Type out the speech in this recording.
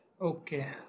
Okay